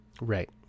Right